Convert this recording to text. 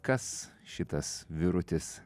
kas šitas vyrutis